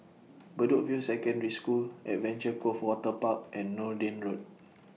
Bedok View Secondary School Adventure Cove Waterpark and Noordin Lane